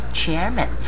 chairman 。